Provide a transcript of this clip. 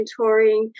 mentoring